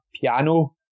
piano